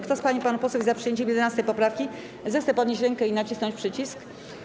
Kto z pań i panów posłów jest za przyjęciem 11. poprawki, zechce podnieść rękę i nacisnąć przycisk.